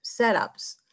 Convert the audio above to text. setups